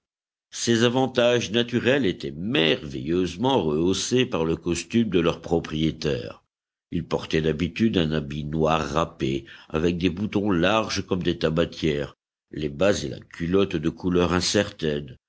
ces avantages naturels étaient merveilleusement rehaussés par le costume de leur propriétaire il portait d'habitude un habit noir râpé avec des boutons larges comme des tabatières les bas et la culotte de couleur incertaine